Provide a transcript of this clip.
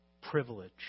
Privilege